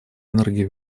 энергии